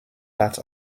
part